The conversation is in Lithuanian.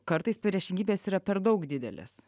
kartais priešingybės yra per daug didelės